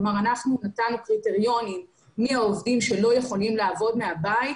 כלומר אנחנו נתנו קריטריונים מי העובדים שלא יכולים לעבוד מהבית,